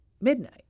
Midnight